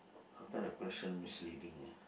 the question misleading ah